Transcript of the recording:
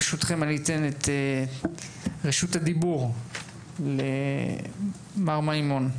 ברשותכם, אני אתן את רשות הדיבור למר ביטון.